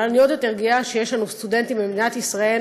אבל אני עוד יותר גאה שיש לנו סטודנטים במדינת ישראל